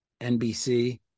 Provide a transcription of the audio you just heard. NBC